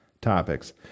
topics